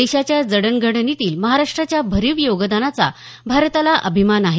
देशाच्या जडणघडणीतील महाराष्ट्राच्या भरीव योगदानाचा भारताला अभिमान आहे